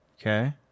Okay